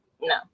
No